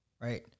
right